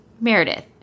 Meredith